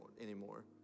anymore